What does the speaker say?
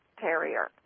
Terrier